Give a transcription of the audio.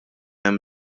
hemm